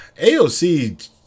AOC